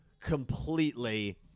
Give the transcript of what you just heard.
completely